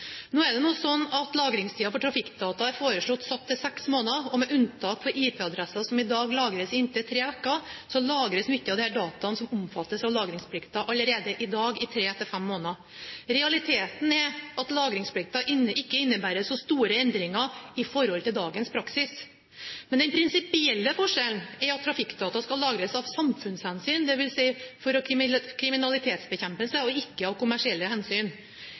Nå er lagringstida for trafikkdata foreslått satt til seks måneder, og med unntak for IP-adresser, som i dag lagres i inntil tre uker, lagres mye av den dataen som omfattes av lagringsplikten, allerede i dag i tre til fem måneder. Realiteten er at lagringsplikten ikke innebærer så store endringer i forhold til dagens praksis. Men den prinsipielle forskjellen er at trafikkdata skal lagres av samfunnshensyn, dvs. for kriminalitetsbekjempelse, og ikke av kommersielle hensyn.